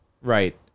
Right